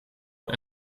een